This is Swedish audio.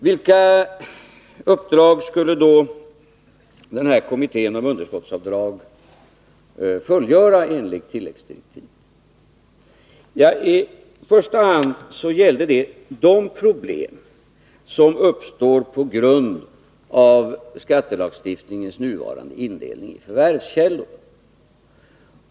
Vilka uppdrag skulle då den här kommittén om underskottsavdrag fullgöra enligt tilläggsdirektiven? I första hand gällde det de problem som uppstår på grund av skattelagstiftningens nuvarande indelning i förvärvskällor.